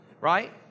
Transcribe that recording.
right